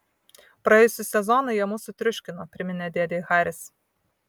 praėjusį sezoną jie mus sutriuškino priminė dėdei haris